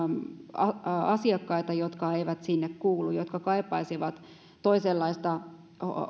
asiakkaita jotka eivät sinne kuulu ja jotka kaipaisivat toisenlaista